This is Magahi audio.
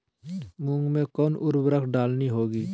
मूंग में कौन उर्वरक डालनी होगी?